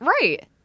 right